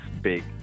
big